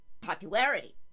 popularity